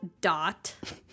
dot